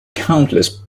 countless